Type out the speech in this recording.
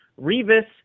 Revis